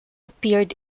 appeared